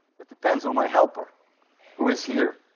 that depends on my helper who is here